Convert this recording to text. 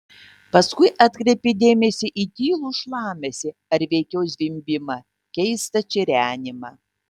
paskui atkreipė dėmesį į tylų šlamesį ar veikiau zvimbimą keistą čirenimą